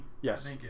Yes